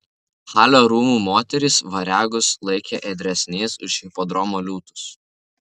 halio rūmų moterys variagus laikė ėdresniais už hipodromo liūtus